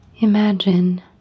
Imagine